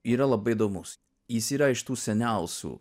yra labai įdomus jis yra iš tų seniausių